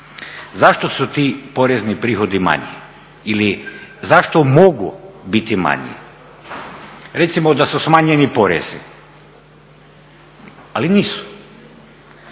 Zašto su ti porezni prihodi manji? Ili zašto mogu biti manji? Recimo da su smanjeni porezi ali nisu.